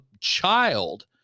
child